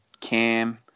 Cam